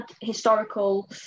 historical